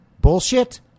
bullshit